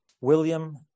William